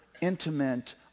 intimate